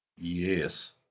Yes